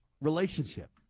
Relationship